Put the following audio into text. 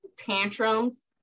Tantrums